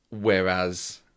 Whereas